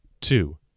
Two